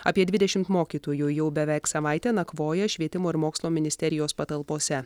apie dvidešimt mokytojų jau beveik savaitę nakvoja švietimo ir mokslo ministerijos patalpose